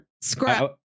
scrap